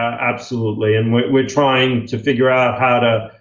absolutely. and we're trying to figure out how to,